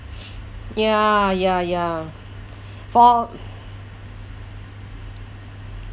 ya ya ya for